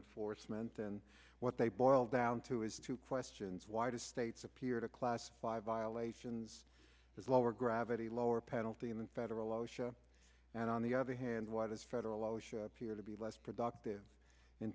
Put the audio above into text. enforcement and what they boil down to is two questions why does states appear to classify violations as lower gravity lower penalty than federal osha and on the other hand why does federal osha appear to be less productive in